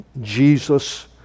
Jesus